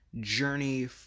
journey